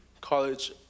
college